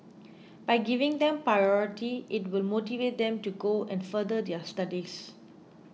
by giving them priority it will motivate them to go and further their studies